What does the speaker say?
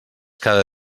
cada